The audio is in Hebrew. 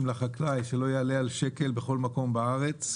לחקלאי כך שלא יעלה על שקל בכל מקום בארץ.